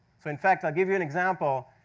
so, in fact, i'll give you an example.